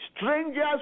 Strangers